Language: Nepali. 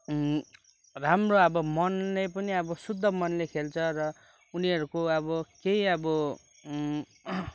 राम्रो अब मनले पनि शुद्ध मनले खेल्छ र उनीहरूको अब केही अब